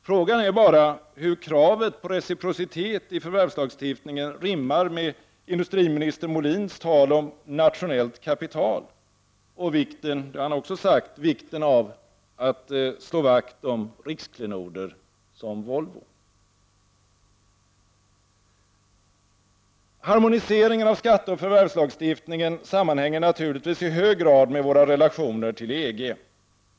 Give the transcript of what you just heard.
Frågan är bara hur kravet på reciprocitet i förvärvslagstiftningen rimmar med industriminister Molins tal om nationellt kapital och vikten av att slå vakt om riksklenoder som Volvo. Harmoniseringen av skatteoch förvärvslagstiftningen sammanhänger naturligtvis i hög grad med våra relationer till EG.